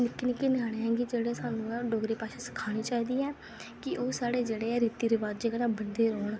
निक्के निक्के ञ्यानें गी जेह्ड़े सानूं डोगरी भाशा सखानी चाहिदी कि ओह् जेह्ड़े साढ़े ऐ रीती रवाजें कन्नै बज्झे रौह्न